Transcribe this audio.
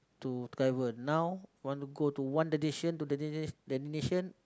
to travel now want to go to one destination two destination